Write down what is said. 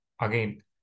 again